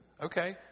Okay